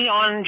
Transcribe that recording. on